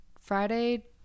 Friday